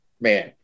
man